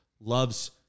loves